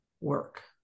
work